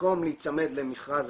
במקום להיצמד למכרז